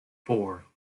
four